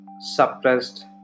suppressed